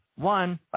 One